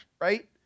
right